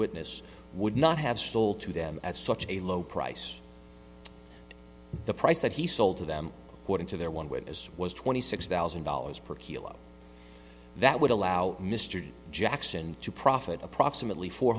witness would not have sold to them at such a low price the price that he sold to them put into their one witness was twenty six thousand dollars per kilo that would allow mr jackson to profit approximately four